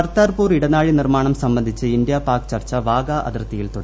കർത്താർപ്പൂർ ഇടനാഴി നിർമ്മാണം സംബന്ധിച്ച് ഇന്ത്യ പാക് ചർച്ച വാഗാ അതിർത്തിയിൽ തുടങ്ങി